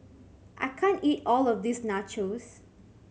I can't eat all of this Nachos